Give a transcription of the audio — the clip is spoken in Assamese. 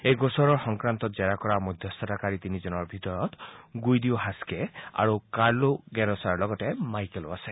এই গোচৰ সংক্ৰান্তত জেৰা কৰা মধ্যস্থকাৰী তিনিজনৰ ভিতৰত গুইদিঅ' হাচকে আৰু কাৰ্লো গেৰোচাৰ লগতে মাইকেলো আছে